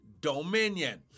dominion